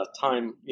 time